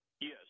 Yes